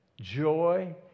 joy